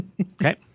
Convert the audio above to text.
Okay